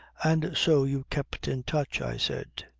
and so you kept in touch, i said.